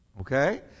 Okay